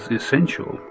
essential